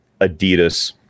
adidas